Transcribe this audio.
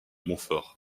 montfort